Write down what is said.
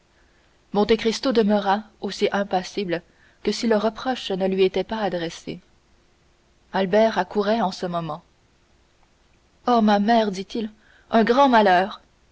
murmura-t-elle monte cristo demeura aussi impassible que si le reproche ne lui était pas adressé albert accourait en ce moment oh ma mère dit-il un grand malheur